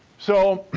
so,